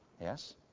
Yes